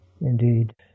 Indeed